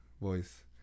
voice